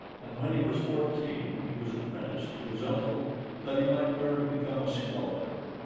and when he was fourteen he was apprenticed to his uncle that he might learn to become a sculptor.